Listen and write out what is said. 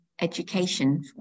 education